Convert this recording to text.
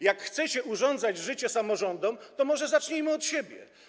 Jak chcecie urządzać życie samorządom, to może zacznijmy od siebie.